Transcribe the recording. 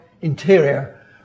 interior